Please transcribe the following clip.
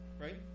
right